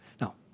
Now